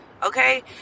okay